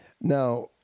now